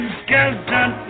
skeleton